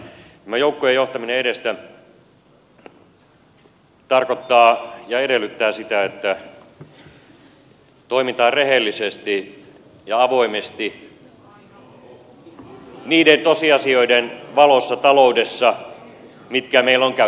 tämä joukkojen johtaminen edestä tarkoittaa ja edellyttää sitä että toimitaan rehellisesti ja avoimesti niiden tosiasioiden valossa taloudessa mitkä meillä on käytettävissä